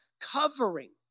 covering